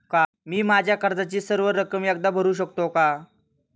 मी माझ्या कर्जाची सर्व रक्कम एकदा भरू शकतो का?